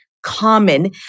Common